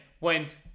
went